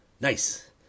nice